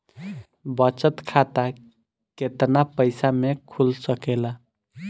बचत खाता केतना पइसा मे खुल सकेला?